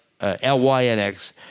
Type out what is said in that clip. L-Y-N-X